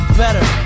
better